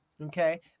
okay